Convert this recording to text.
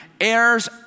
heirs